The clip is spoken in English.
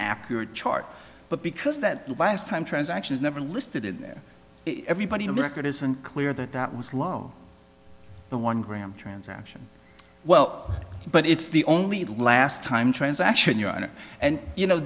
accurate chart but because that last time transactions never listed in there everybody look it isn't clear that that was low the one gram transaction well but it's the only last time transaction your honor and you know